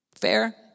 Fair